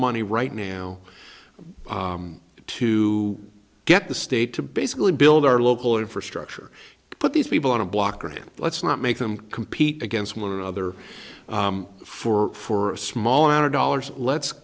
money right now to get the state to basically build our local infrastructure put these people on a block grant let's not make them compete against one another for for a small amount of dollars let's